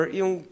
yung